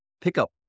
pickup